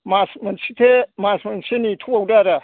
मास मोनसेसो मास मोनसे नेथ' बावदो आरो